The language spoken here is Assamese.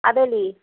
আবেলি